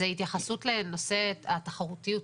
התייחסות לנושא התחרותיות,